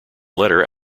letter